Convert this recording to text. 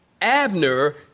Abner